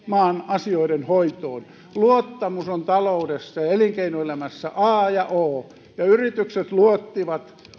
maan asioiden hoitoon luottamus on taloudessa ja elinkeinoelämässä a ja o yritykset luottivat